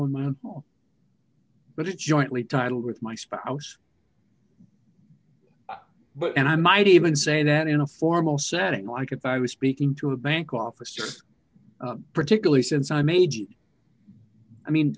don't know but it jointly titled with my spouse but and i might even say that in a formal setting like if i was speaking to a bank officers particularly since i made i mean